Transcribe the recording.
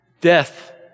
death